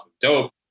dope